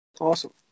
awesome